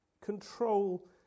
Control